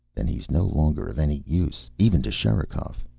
then he's no longer of any use even to sherikov.